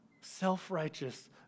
self-righteous